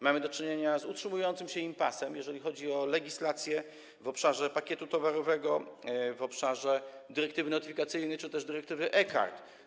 Mamy do czynienia z utrzymującym się impasem, jeżeli chodzi o legislację w obszarze pakietu towarowego, w obszarze dyrektywy notyfikacyjnej czy też dyrektywy eCard.